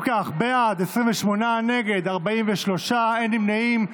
אם כך, בעד, 28, נגד, 43, אין נמנעים.